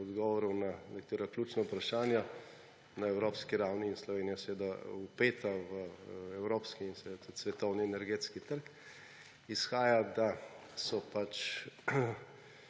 odgovorov na nekatera ključna vprašanja na evropski ravni, in Slovenija je seveda vpeta v evropski in seveda tudi svetovni energetski trg, izhaja, da so pač